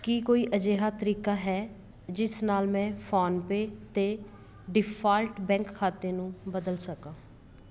ਕੀ ਕੋਈ ਅਜਿਹਾ ਤਰੀਕਾ ਹੈ ਜਿਸ ਨਾਲ ਮੈਂ ਫੋਨਪੇ 'ਤੇ ਡਿਫਾਲਟ ਬੈਂਕ ਖਾਤੇ ਨੂੰ ਬਦਲ ਸਕਾਂ